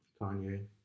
Kanye